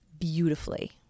Beautifully